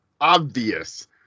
obvious